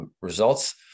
results